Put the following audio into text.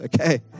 okay